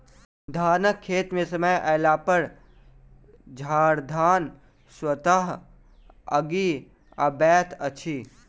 धानक खेत मे समय अयलापर झड़धान स्वतः उगि अबैत अछि